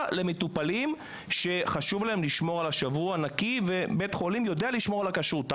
למטופלים שחשוב להם לשמור על שבוע נקי ובית חולים יודע לשמור על כשרות,